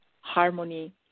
harmony